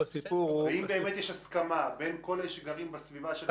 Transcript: ואם באמת יש הסכמה בין כל אלה שגרים בסביבה של